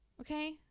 Okay